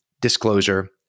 Disclosure